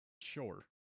Sure